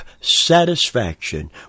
satisfaction